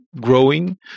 growing